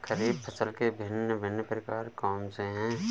खरीब फसल के भिन भिन प्रकार कौन से हैं?